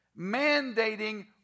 mandating